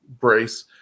brace